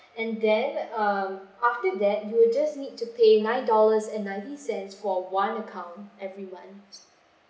and then um after that you will just need to pay nine dollars and ninety-cents for one account every month